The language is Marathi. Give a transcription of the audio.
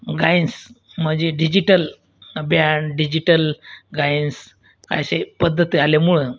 गायन्स म्हणजे डिजिटल बँड डिजिटल गायन्स असे पद्धत आल्यामुळं